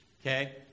okay